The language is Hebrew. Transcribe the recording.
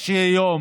מאנשים קשיי יום